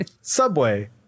Subway